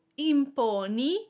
imponi